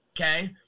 okay